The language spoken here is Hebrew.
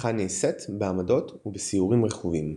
האבטחה נעשית בעמדות ובסיורים רכובים.